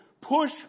push